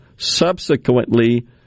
subsequently